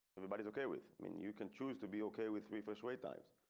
everybody's ok with mean you can choose to be ok with me first wait times.